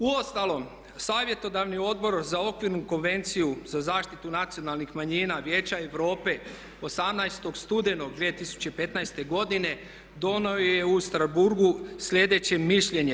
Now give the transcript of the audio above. Uostalom savjetodavni odbor za okvirnu konvenciju za zaštitu nacionalnih manjina Vijeća Europe 18.studenog 2015. donijelo je u Strasbourgu sljedeće mišljenje.